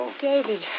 David